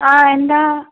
ആ എന്താണ്